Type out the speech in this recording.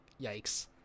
yikes